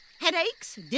Headaches